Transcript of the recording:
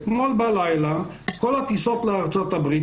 אתמול בלילה כל הטיסות לארצות הברית,